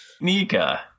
Nika